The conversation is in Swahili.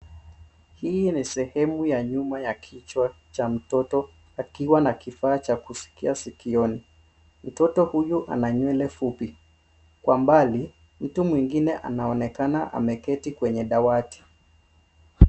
Hii ni sehemu ya nyuma ya kichwa cha mtoto akiwa na kifaa cha kusikia sikioni. Mtoto huyo ana nywele fupi. Kwa mbali mtu mwingine anaonekana ameketi kwenye dawati.